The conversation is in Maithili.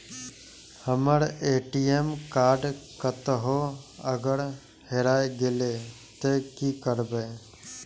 हमर ए.टी.एम कार्ड कतहो अगर हेराय गले ते की करबे?